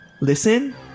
listen